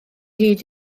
hyd